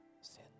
sin